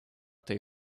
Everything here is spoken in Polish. tej